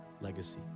legacy